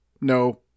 no